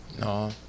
No